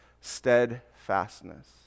steadfastness